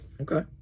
Okay